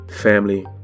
Family